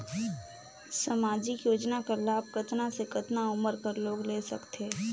समाजिक योजना कर लाभ कतना से कतना उमर कर लोग ले सकथे?